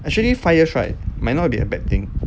actually five years right might not be a bad thing